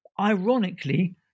Ironically